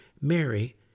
Mary